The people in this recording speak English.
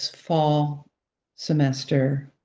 fall semester,